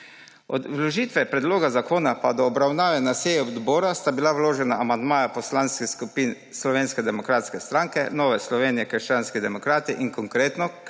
Od vložitve predloga zakona pa do obravnave na seji odbora sta bila vložena amandmaja poslanskih skupin Slovenske demokratske stranke, Nove Slovenije – krščanskih demokratov in Konkretno